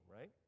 right